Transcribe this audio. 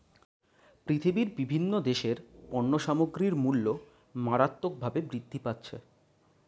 পৃথিবীতে বিভিন্ন দেশের পণ্য সামগ্রীর মূল্য মারাত্মকভাবে বৃদ্ধি পাচ্ছে